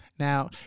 Now